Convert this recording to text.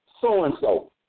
So-and-so